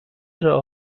راه